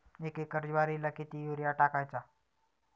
एक एकर ज्वारीला किती युरिया टाकायचा?